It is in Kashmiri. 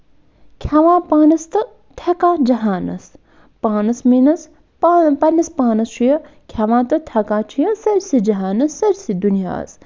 کھٮ۪وان پانَس تہٕ تھٮ۪کان جَہانَس پانَس میٖنٕس پنٛنِس پانس چھُ یہِ کھٮ۪وان تہٕ تھٮ۪کان چھُ یہِ سٲرسی جَہانَس سٲرسی دُنیاہَس